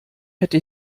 hätte